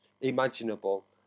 imaginable